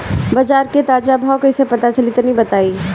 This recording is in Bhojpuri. बाजार के ताजा भाव कैसे पता चली तनी बताई?